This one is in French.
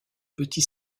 petit